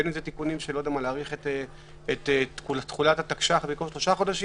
בין אם אלה תיקונים של להאריך את תחולת התקש"ח במקום 3 חודשים